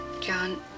John